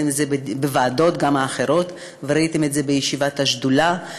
בוועדות גם האחרות, וראיתם את זה בישיבת השדולה.